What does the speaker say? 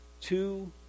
Two